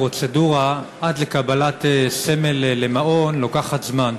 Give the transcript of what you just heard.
הפרוצדורה עד לקבלת סמל למעון לוקחת זמן,